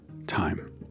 time